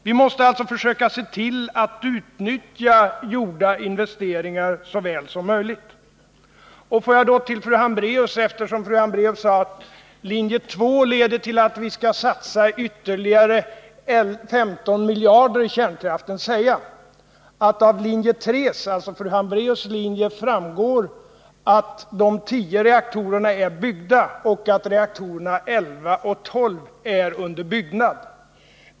Vi måste alltså försöka se till att utnyttja gjorda investeringar såväl som möjligt. Eftersom fru Hambraeus sade att linje 2 leder till att vi skall satsa ytterligare 15 miljarder i kärnkraften, får jag säga att av linje 3 — alltså fru Hambraeus linje — framgår att de tio reaktorerna är byggda och att reaktorerna 11 och 12 är under byggnad.